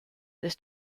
this